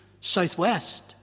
southwest